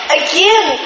again